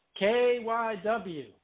KYW